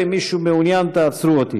לדבר, ואם מישהו מעוניין, תעצרו אותי: